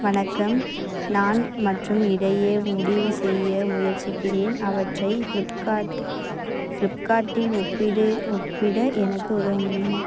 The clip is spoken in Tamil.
வணக்கம் நான் மற்றும் இடையே முடிவு செய்ய முயற்சிக்கிறேன் அவற்றை ஃப்ளிப்கார்ட் ஃப்ளிப்கார்ட்டில் ஒப்பிடு ஒப்பிட எனக்கு உதவ முடியுமா